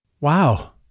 Wow